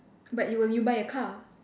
but you will you buy a car